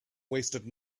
wasted